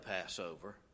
Passover